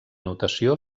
notació